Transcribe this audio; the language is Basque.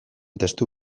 testu